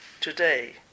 today